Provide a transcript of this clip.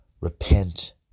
Repent